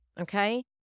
okay